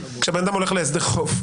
כשבן אדם הולך הסדר חוב,